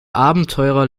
abenteurer